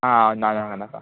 आं नाका नाका